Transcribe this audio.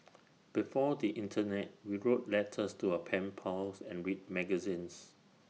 before the Internet we wrote letters to our pen pals and read magazines